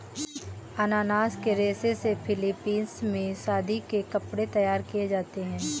अनानास के रेशे से फिलीपींस में शादी के कपड़े तैयार किए जाते हैं